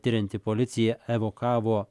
tirianti policija evakavo